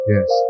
Yes